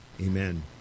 Amen